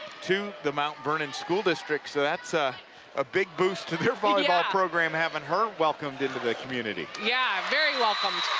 to the mount vernon school district, so that's a ah big boost to their volleyball program having her welcomed into the community yeah, very welcomed.